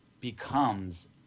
becomes